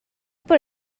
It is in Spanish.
por